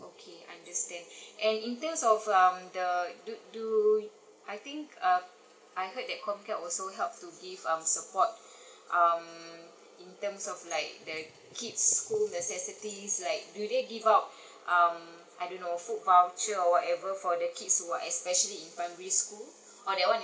okay understand and in terms of um the du~ du~ I think uh I heard that comcare also help to give um support um in terms of like the kid's school necessities like do they give out um I don't know food voucher or whatever for the kids who are especially in primary school or that one